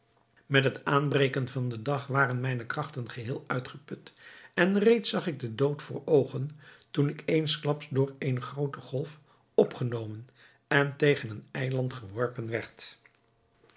met het aanbreken van den dag waren mijne krachten geheel uitgeput en reeds zag ik den dood voor oogen toen ik eensklaps door eene groote golf opgenomen en tegen een eiland geworpen